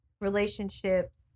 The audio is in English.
relationships